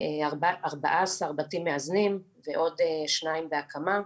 14 בתים מאזנים ועוד שניים בהקמה.